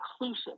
inclusive